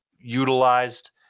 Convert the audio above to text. utilized